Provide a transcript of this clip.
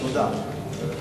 תודה.